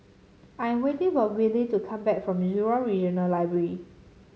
I am waiting for Willy to come back from Jurong Regional Library